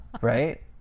Right